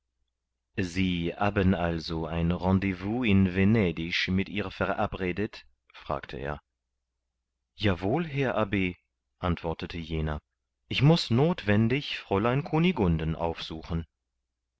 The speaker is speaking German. sie haben also ein rendezvous in venedig mit ihr verabredet fragte er ja wohl herr abb antwortete jener ich muß nothwendig fräulein kunigunden aufsuchen